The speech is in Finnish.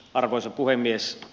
arvoisa puhemies